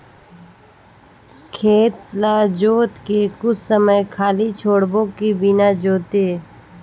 खेत ल जोत के कुछ समय खाली छोड़बो कि बिना जोते?